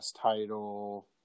title